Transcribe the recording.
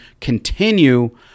continue